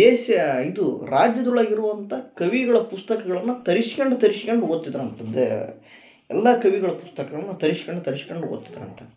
ದೇಶ ಇದು ರಾಜ್ಯದೊಳಗೆ ಇರುವಂಥ್ ಕವಿಗಳ ಪುಸ್ತಕಗಳನ್ನು ತರಿಸ್ಕಂಡು ತರಿಸ್ಕಂಡ್ ಓದ್ತಿದ್ರು ಅಂತದ್ದು ಎಲ್ಲ ಕವಿಗಳ ಪುಸ್ತಕಗಳನ್ನೂ ತರಿಸ್ಕಂಡು ತರಿಸ್ಕಂಡ್ ಓದ್ತಿದ್ದರಂತ